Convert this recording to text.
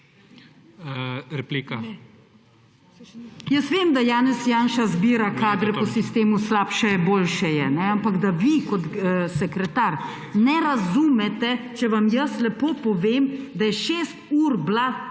Levica): Jaz vem, da Janez Janša zbira kadre po sistemu slabše je boljše je, ampak da vi kot sekretar ne razumete, če vam jaz lepo povem, da je šest ur bila